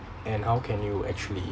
and how can you actually